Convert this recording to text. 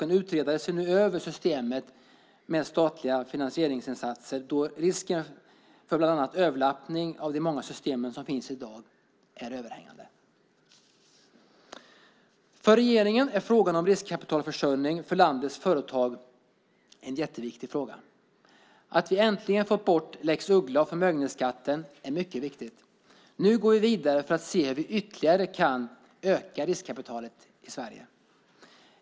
En utredare ser nu över systemet med statliga finansieringsinsatser, då risken för bland annat överlappning av de många system som finns i dag är överhängande. För regeringen är frågan om riskkapitalförsörjning för landets företag jätteviktig. Att vi äntligen fått bort lex Uggla och förmögenhetsskatten är mycket viktigt. Nu går vi vidare för att se hur vi ytterligare kan öka riskkapitalet i Sverige.